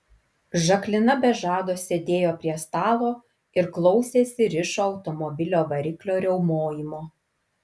žaklina be žado sėdėjo prie stalo ir klausėsi rišo automobilio variklio riaumojimo